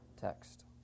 text